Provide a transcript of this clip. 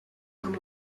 amb